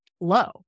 low